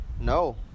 No